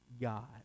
God